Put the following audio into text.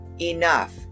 enough